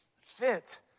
fit